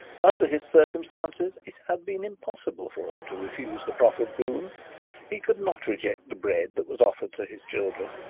under his circumstances it had been impossible for him to refuse the proffered boon he could not reject the bread that was offered to his children,